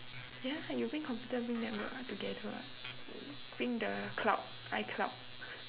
ya you bring computer bring network ah together [what] bring the cloud icloud